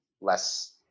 less